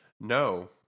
No